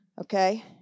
Okay